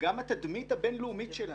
וגם התדמית הבין-לאומית שלנו,